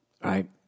Right